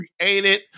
created